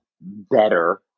better